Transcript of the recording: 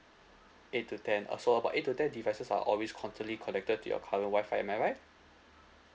eight to ten uh so about eight to ten devices are always constantly connected to your current WI-FI am I right